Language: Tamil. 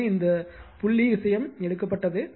எனவே இந்த புள்ளி விஷயம் எடுக்கப்பட்டது